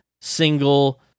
single